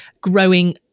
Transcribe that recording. growing